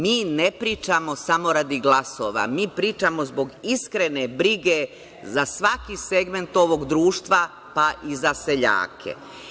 Mi ne pričamo samo radi glasova, mi pričamo zbog iskrene brige za svaki segment ovog društva, pa i za seljake.